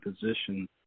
position